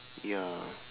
ya